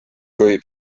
kui